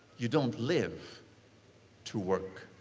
you don't live to work.